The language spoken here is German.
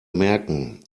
merken